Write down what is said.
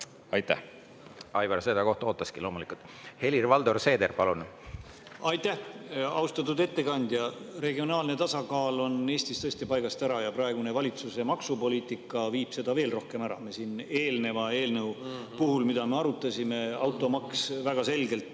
palun! Aivar seda kohta ootaski, loomulikult. Helir-Valdor Seeder, palun! Aitäh! Austatud ettekandja! Regionaalne tasakaal on Eestis tõesti paigast ära ja praegune valitsuse maksupoliitika viib seda veel rohkem paigast ära. Me siin eelneva eelnõu puhul, mida me siin arutasime – automaks –, on väga selgelt